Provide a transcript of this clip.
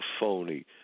phony